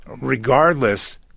regardless